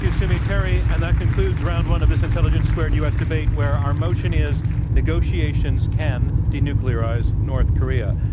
sue mi terry, and that concludes round one of this intelligence squared u. s. debate where our motion is negotiations can denuclearize north korea.